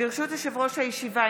ברשות יושב-ראש הישיבה,